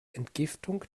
entgiftung